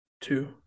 two